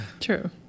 True